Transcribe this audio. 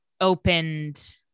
opened